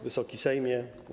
Wysoki Sejmie!